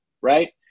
right